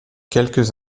quelques